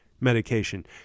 medication